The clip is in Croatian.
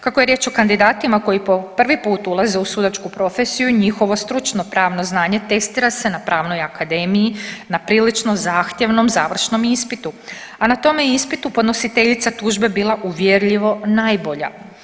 Kako je riječ o kandidatima koji po prvi put ulaze u sudačku profesiju njihovo stručno pravno znanje testira se na pravnoj akademiji na prilično zahtjevnom završnom ispitu, a na tome ispitu podnositeljica tužbe je bila uvjerljivo najbolja.